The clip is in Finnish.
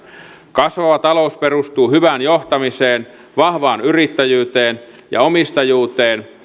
kasvava talous perustuu hyvään johtamiseen vahvaan yrittäjyyteen ja omistajuuteen